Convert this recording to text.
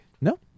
No